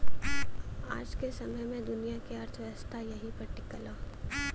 आज के समय मे दुनिया के अर्थव्यवस्था एही पर टीकल हौ